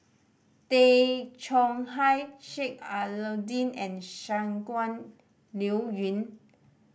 Tay Chong Hai Sheik Alau'ddin and Shangguan Liuyun